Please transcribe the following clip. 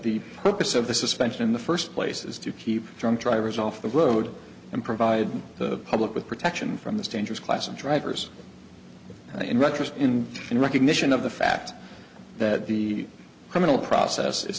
the purpose of the suspension in the first place is to keep drunk drivers off the road and provide the public with protection from this dangerous class of drivers in retrospect in recognition of the fact that the criminal process i